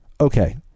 Okay